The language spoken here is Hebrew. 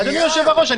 אדוני היושב-ראש,